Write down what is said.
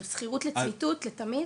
הוא לשכירות לצמיתות, לתמיד?